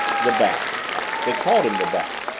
the bat they called him the bat.